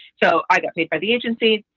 so i get paid by the agency.